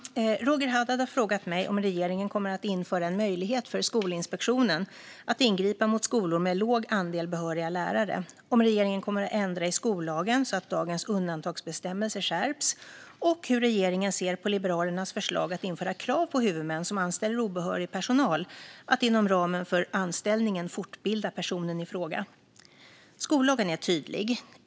Fru talman! Roger Haddad har frågat mig om regeringen kommer att införa en möjlighet för Skolinspektionen att ingripa mot skolor med en liten andel behöriga lärare, om regeringen kommer att ändra i skollagen så att dagens undantagsbestämmelse skärps och hur regeringen ser på Liberalernas förslag att införa krav på huvudmän som anställer obehörig personal att inom ramen för anställningen fortbilda personen i fråga. Skollagen är tydlig.